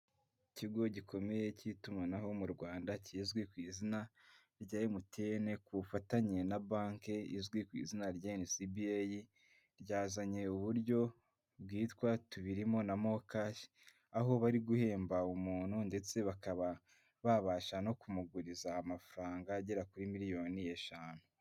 Ikigo gikomeye cy'itumanaho mu rwanda kizwi ku izina rya MTN, ku bufatanye na banki izwi ku izina NCBA, ryazanye uburyo bwitwa "Tubirimo na MoKash", aho bari guhemba umuntu ndetse bakaba babasha no ku muguriza amafaranga agera kuri miliyoni eshanu.